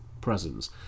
presence